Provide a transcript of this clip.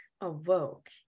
awoke